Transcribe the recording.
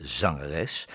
zangeres